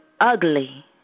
ugly